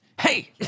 Hey